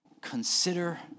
consider